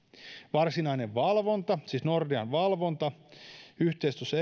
varsinainen valvonta siis nordean valvonta yhteistyössä